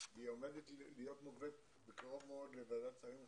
היא עומדת להיות מובאת בקרוב מאוד לוועדת שרים לחקיקה.